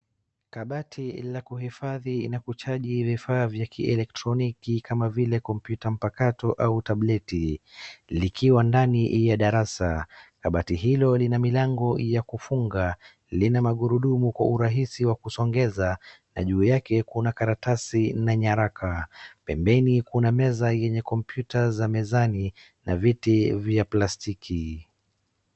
Kabati la kuhifadhi na kuchaji vifaa vya kielektroniki kama vile kompyuta mpakato au tableti, likiwa ndani ya darasa. Kabati hilo lina milango ya kufunga, lina magurudumu kwa urahisi wa kusongeza na juu yake kuna karatasi na nyaraka. Pembeni kuna meza yenye kompyuta za mezani na viti vya plastiki.